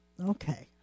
Okay